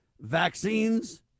vaccines